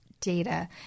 data